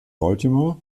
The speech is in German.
baltimore